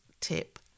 tip